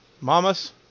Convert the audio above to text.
Mamas